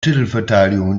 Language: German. titelverteidigung